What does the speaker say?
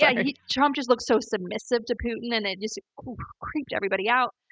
yeah yeah trump just looked so submissive to putin, and it just creeped everybody out.